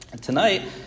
Tonight